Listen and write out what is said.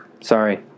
Sorry